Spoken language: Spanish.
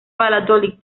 valladolid